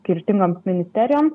skirtingoms ministerijom